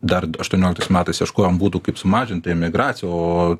dar aštuonioliktais metais ieškojom būdų kaip sumažinti emigraciją o